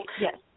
yes